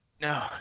No